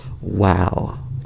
wow